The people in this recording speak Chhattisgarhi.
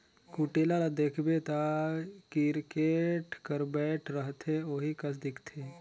कुटेला ल देखबे ता किरकेट कर बैट रहथे ओही कस दिखथे